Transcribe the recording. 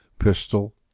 pistol